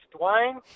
Dwayne